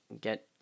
get